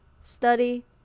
study